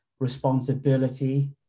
responsibility